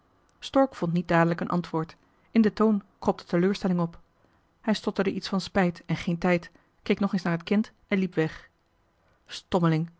stork vond niet dadelijk een antwoord in den toon kropte teleurstelling op hij stotterde iets van spijt en geen tijd keek nog eens naar het kind en liep weg